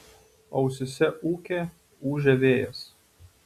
ausyse ūkė ūžė vėjas